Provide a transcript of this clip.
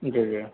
جی جی